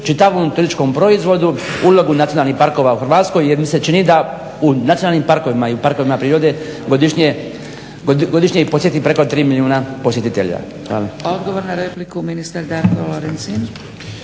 čitavom turističkom proizvodu, ulogu nacionalnih parkova u Hrvatskoj jer mi se čini da u nacionalnim parkovima i u parkovima prirode godišnje ih posjeti preko 3 milijuna posjetitelja.